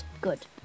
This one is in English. good